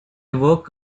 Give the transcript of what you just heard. woke